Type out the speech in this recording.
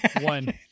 one